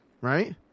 right